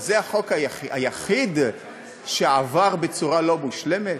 זה החוק היחיד שעבר בצורה לא מושלמת?